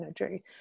energy